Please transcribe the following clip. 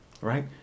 Right